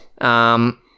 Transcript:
Um-